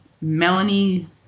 Melanie